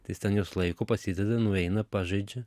tai jis ten juos laiko pasideda nueina pažaidžia